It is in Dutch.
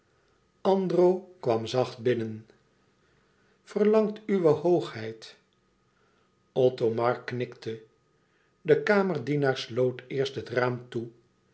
andro kwam zacht binnen verlangt uwe hoogheid othomar knikte de kamerdienaar sloot eerst het raam toe